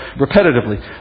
repetitively